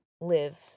lives